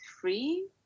free